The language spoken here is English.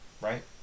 right